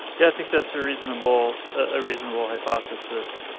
yeah, i think that's a reasonable ah reasonable hypothesis.